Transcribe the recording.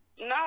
No